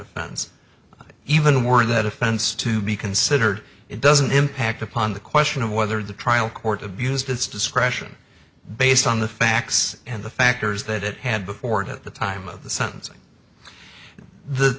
offense even were that offense to be considered it doesn't impact upon the question of whether the trial court abused its discretion based on the facts and the factors that it had before it at the time of the